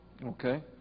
Okay